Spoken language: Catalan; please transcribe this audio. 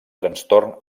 trastorn